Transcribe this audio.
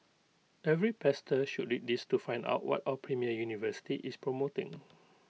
every pastor should read this to find out what our premier university is promoting